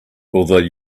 although